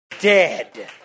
dead